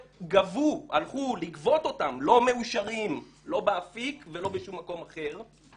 לא מאושרים לא באפיק ולא בשום מקום אחר,